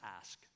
ask